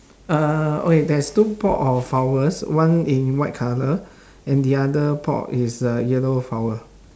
uh okay there's two pot of flowers one in white colour and the other pot is uh yellow flower